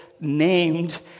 named